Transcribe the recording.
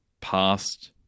past